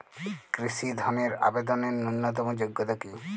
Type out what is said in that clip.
কৃষি ধনের আবেদনের ন্যূনতম যোগ্যতা কী?